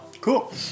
Cool